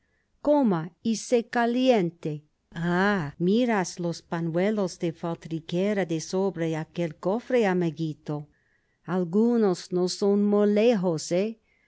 y se caliente ah miras los pañuelos de faltriquera de sobre aquel cofre amiguito algunos no son malejos he